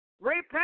repent